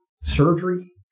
surgery